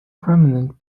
prominent